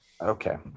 Okay